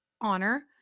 Honor